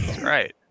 Right